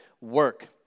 work